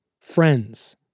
friends